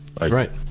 Right